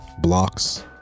blocks